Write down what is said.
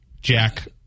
Jack